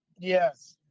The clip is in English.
yes